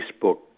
Facebook